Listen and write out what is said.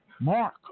Mark